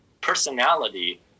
personality